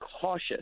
cautious